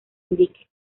indique